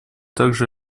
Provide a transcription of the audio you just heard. также